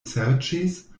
serĉis